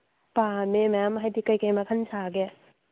ꯄꯥꯝꯃꯦ ꯃꯌꯥꯝ ꯍꯥꯏꯕꯗꯤ ꯀꯔꯤ ꯀꯔꯤ ꯃꯈꯜ ꯁꯥꯒꯦ